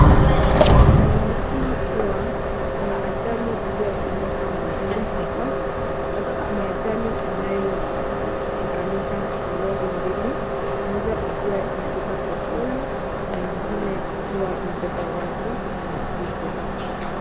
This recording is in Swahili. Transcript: Inaonekana kuwa kuna ajali iliyotendeka mahala hapa. Ni ajali inayoshikanisha malori mbili, moja ikiwa imebeba petroli na nyingine ikiwa imebeba watu na mizigo.